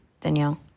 Danielle